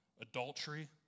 Adultery